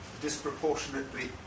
disproportionately